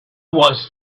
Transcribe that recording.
was